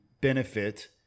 benefit